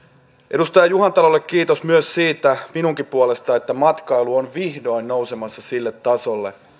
edustaja juhantalolle kiitos myös siitä minunkin puolestani että matkailu on vihdoin nousemassa sille tasolle